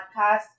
podcast